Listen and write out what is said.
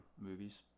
movies